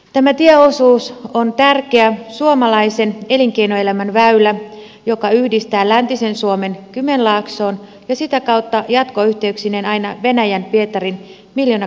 tämä tieosuus on tärkeä suomalaisen elinkeinoelämän väylä joka yhdistää läntisen suomen kymenlaaksoon ja sitä kautta jatkoyhteyksineen aina venäjän pietarin miljoonakaupunkiin saakka